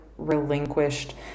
relinquished